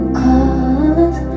colors